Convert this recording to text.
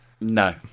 No